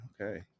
Okay